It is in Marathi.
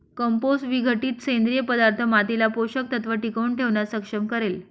कंपोस्ट विघटित सेंद्रिय पदार्थ मातीला पोषक तत्व टिकवून ठेवण्यास सक्षम करेल